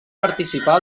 participar